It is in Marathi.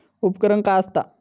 उपकरण काय असता?